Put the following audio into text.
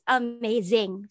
amazing